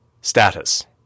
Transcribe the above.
Status